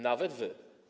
Nawet wy.